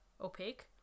opaque